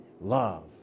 love